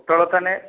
ପୋଟଳ ତା'ମାନେ